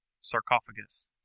sarcophagus